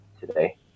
today